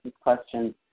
questions